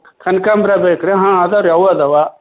ಕನಕಾಂಬ್ರ ಬೇಕು ರೀ ಹಾಂ ಇದಾವ್ರಿ ಅವು ಇದಾವ